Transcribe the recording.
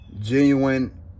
genuine